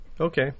Okay